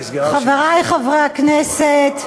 תודה רבה, חברי חברי הכנסת,